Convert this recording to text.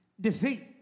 Defeat